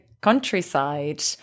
countryside